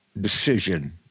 decision